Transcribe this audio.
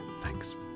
Thanks